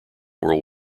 world